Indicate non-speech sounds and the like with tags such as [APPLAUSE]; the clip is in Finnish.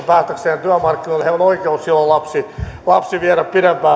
[UNINTELLIGIBLE] päästäkseen työmarkkinoille heillä on oikeus silloin lapsi viedä